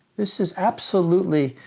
this is absolutely,